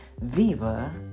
Viva